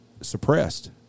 suppressed